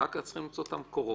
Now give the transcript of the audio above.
ואחר כך צריכים למצוא את המקורות.